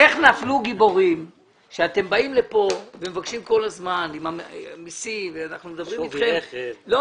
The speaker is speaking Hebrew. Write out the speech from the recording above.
אתם באים לכאן ומבקשים ואנחנו מדברים אתכם על